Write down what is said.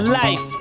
life